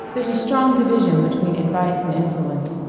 there's a strong division between advice and influence.